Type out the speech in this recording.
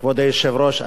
כבוד היושב-ראש,